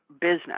business